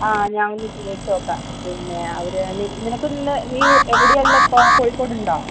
ആ ഞാൻ വിളിച്ച് ചോദിച്ച് നോക്കാം പിന്നെ അവർ നി നിനക്കൊന്ന് നീ എവിടെയാണ് ഉള്ളത് ഇപ്പോൾ കോഴിക്കോടുണ്ടോ